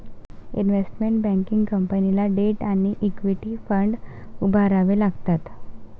investment banking कंपनीला debt आणि equity fund उभारावे लागतात